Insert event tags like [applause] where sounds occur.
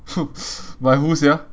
[laughs] by who sia